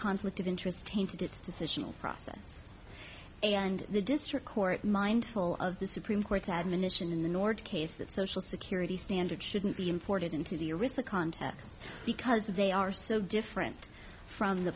conflict of interest tainted its decision process and the district court mindful of the supreme court's admonition in the north case that social security standards shouldn't be imported into the original context because they are so different from the